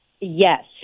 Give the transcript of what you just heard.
Yes